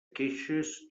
queixes